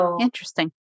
Interesting